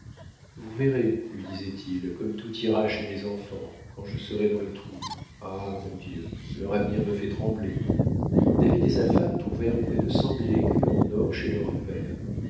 vous verrez lui disait-il comme tout ira chez mes enfants quand je serai dans le trou ah mon dieu leur avenir me fait trembler david et sa femme trouvèrent près de cent mille écus en or chez leur père